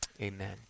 Amen